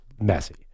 messy